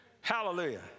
Hallelujah